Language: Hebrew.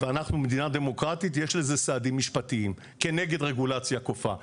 ואנחנו מדינה דמוקרטית יש לזה סעדים משפטיים כנגד רגולציה כופה.